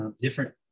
different